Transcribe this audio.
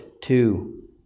two